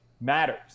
matters